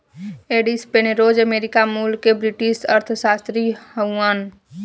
Edith Penrose America मूल के British अर्थशास्त्री हउवन